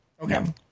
Okay